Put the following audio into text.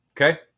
okay